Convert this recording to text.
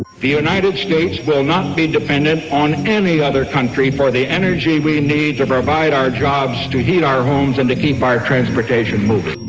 the united states will not be dependent on any other country for the energy we need to provide our jobs, to heat our homes, and to keep our transportation moving.